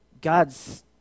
God's